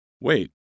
Wait